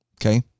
Okay